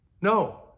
No